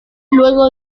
luego